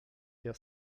der